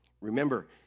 Remember